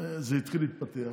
זה התחיל להתפתח,